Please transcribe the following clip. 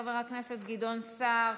חבר הכנסת גדעון סער,